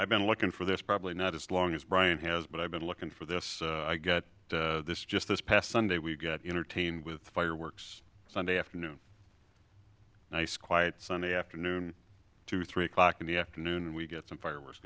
i've been looking for this probably not as long as brian has but i've been looking for this i get this just this past sunday we got entertained with fireworks sunday afternoon nice quiet sunday afternoon to three o'clock in the afternoon we get some fireworks